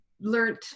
learned